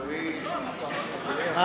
חברי השר ארדן,